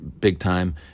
big-time